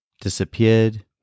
disappeared